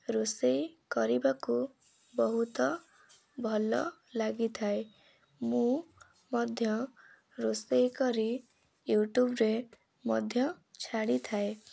ରୋଷେଇ କରିବାକୁ ବହୁତ ଭଲ ଲାଗିଥାଏ ମୁଁ ମଧ୍ୟ ରୋଷେଇ କରି ୟୁଟ୍ୟୁବ୍ରେ ମଧ୍ୟ ଛାଡ଼ିଥାଏ